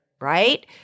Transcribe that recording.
right